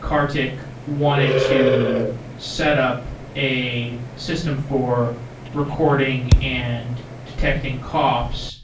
kartik wanted to set up a system for recording and detecting coughs.